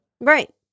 Right